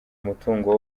umutungo